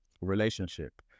relationship